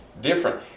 different